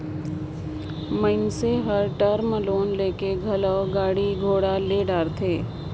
मइनसे हर term loan लेके घलो गाड़ी घोड़ा ले डारथे